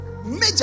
Major